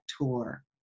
tour